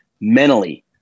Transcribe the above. mentally